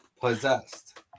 Possessed